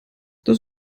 das